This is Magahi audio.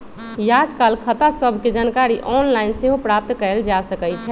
याजकाल खता सभके जानकारी ऑनलाइन सेहो प्राप्त कयल जा सकइ छै